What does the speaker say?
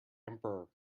emperor